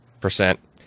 percent